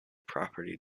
property